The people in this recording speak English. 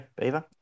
Beaver